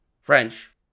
French